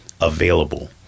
available